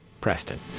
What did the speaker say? Preston